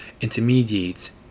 intermediates